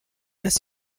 dass